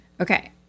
Okay